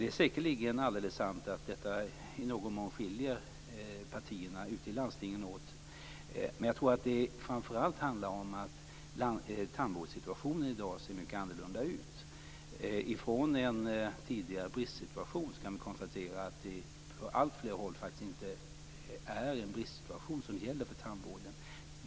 Det är säkerligen alldeles sant att det här i någon mån skiljer partierna ute i landstingen åt. Men jag tror att det framför allt handlar om att tandvårdssituationen i dag ser mycket annorlunda ut. Från en tidigare bristsituation kan vi nu konstatera att det på alltfler håll faktiskt inte är en bristsituation som gäller för tandvården.